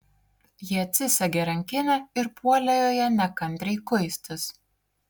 ji atsisegė rankinę ir puolė joje nekantriai kuistis